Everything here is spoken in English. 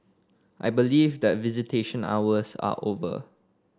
I believe that visitation hours are over